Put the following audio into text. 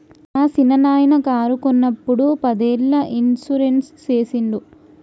మా సిన్ననాయిన కారు కొన్నప్పుడు పదేళ్ళ ఇన్సూరెన్స్ సేసిండు